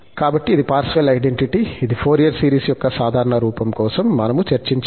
కాబట్టి ఇది Parseval identity ఇది ఫోరియర్ సిరీస్ యొక్క సాధారణ రూపం కోసం మనము చర్చించాము